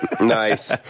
Nice